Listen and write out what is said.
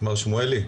מר שמואלי,